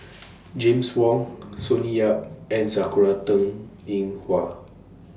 James Wong Sonny Yap and Sakura Teng Ying Hua